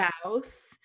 spouse